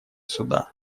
суда